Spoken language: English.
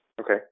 Okay